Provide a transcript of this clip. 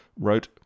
wrote